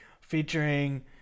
featuring